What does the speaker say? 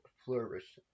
flourished